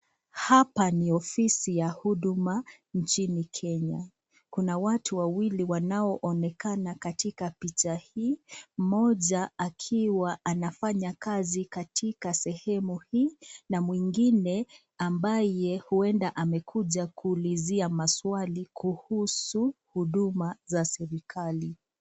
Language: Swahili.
Hapa ni ofisi ya huduma nchini Kenya. Kuna watu wawili wanaonekana katika picha hii, mmoja akiwa anafanya kazi katika sehemu hii. Na mwingine ambaye huenda amekuja kuulizia maswali kuhusu huduma za serikali .